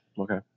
Okay